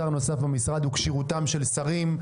שר נוסף במשרד וכשירותם של שרים,